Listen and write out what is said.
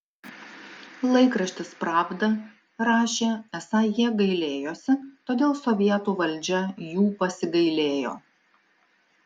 laikraštis pravda rašė esą jie gailėjosi todėl sovietų valdžia jų pasigailėjo